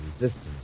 resistance